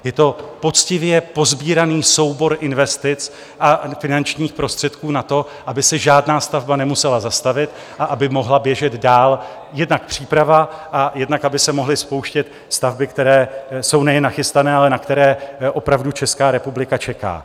Je to poctivě posbíraný soubor investic a finančních prostředků na to, aby se žádná stavba nemusela zastavit a aby mohla běžet dál jednak příprava a jednak aby se mohly spouštět stavby, které jsou nejen nachystané, ale na které opravdu Česká republika čeká.